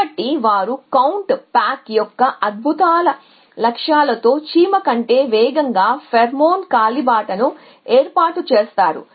కాబట్టి వారు count pack యొక్క అద్భుతాల లక్ష్యాలతో చీమ కంటే వేగంగా ఫెరోమోన్ కాలిబాటను ఏర్పాటు చేస్తారు